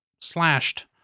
slashed